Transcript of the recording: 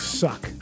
suck